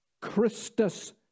Christus